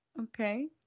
Okay